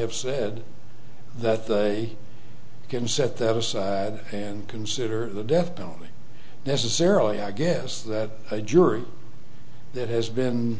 have said that they can set that aside and consider the death penalty necessarily i guess that a jury that has been